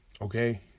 okay